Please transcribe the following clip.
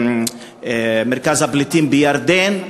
מרכז הפליטים הסורים בירדן.